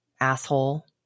asshole